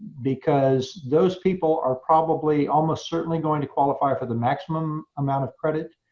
because those people are probably almost certainly going to qualify for the maximum amount of credit.